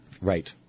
Right